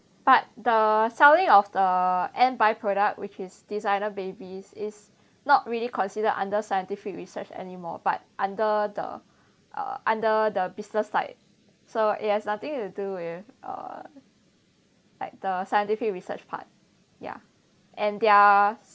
but the selling of the end by product which is designer babies is not really considered under scientific research anymore but under the uh under the business side so it has nothing to do with uh like the scientific research part ya and they're